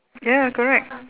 ya correct